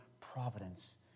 providence